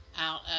out